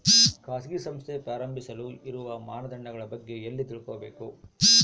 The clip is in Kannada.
ಖಾಸಗಿ ಸಂಸ್ಥೆ ಪ್ರಾರಂಭಿಸಲು ಇರುವ ಮಾನದಂಡಗಳ ಬಗ್ಗೆ ಎಲ್ಲಿ ತಿಳ್ಕೊಬೇಕು?